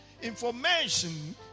Information